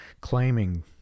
claiming